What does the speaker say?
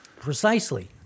Precisely